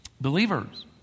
believers